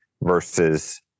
versus